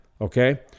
okay